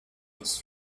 this